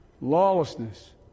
LAWLESSNESS